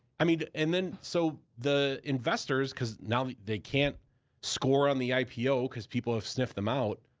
i mean, and then, so the investors, cause now they can't score on the ipo, cause people have sniffed them out.